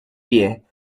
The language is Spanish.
pie